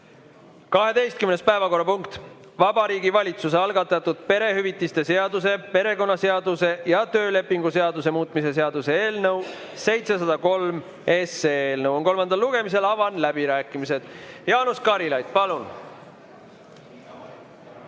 12. päevakorrapunkt on Vabariigi Valitsuse algatatud perehüvitiste seaduse, perekonnaseaduse ja töölepingu seaduse muutmise seaduse eelnõu 703 kolmas lugemine. Avan läbirääkimised. Jaanus Karilaid, palun!